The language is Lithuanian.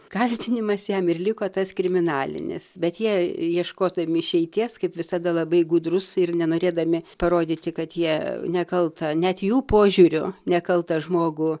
kaltinimas jam ir liko tas kriminalinis bet jie ieškodami išeities kaip visada labai gudrūs ir nenorėdami parodyti kad jie nekaltą net jų požiūrio nekaltą žmogų